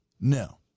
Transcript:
No